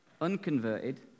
unconverted